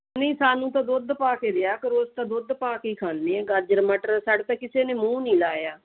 ਨਹੀਂ ਸਾਨੂੰ ਤਾਂ ਦੁੱਧ ਪਾ ਕੇ ਦਿਆ ਕਰੋ ਅਸੀਂ ਤਾਂ ਦੁੱਧ ਪਾ ਕੇ ਖਾਂਦੇ ਆ ਗਾਜਰ ਮਟਰ ਸਾਡੇ ਤਾਂ ਕਿਸੇ ਨੇ ਮੂੰਹ ਨਹੀਂ ਲਾਇਆ